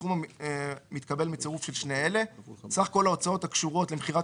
הסכום המתקבל מצירוף של שני אלה: (א)סך כל ההוצאות הקשורות למכירת